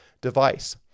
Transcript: device